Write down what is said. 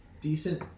decent